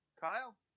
Kyle